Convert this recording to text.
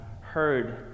heard